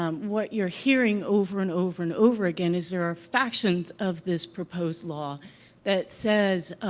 um what you're hearing, over and over and over again, is, there are factions of this proposed law that says,